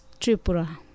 Tripura